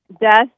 death